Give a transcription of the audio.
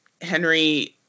Henry